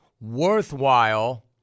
worthwhile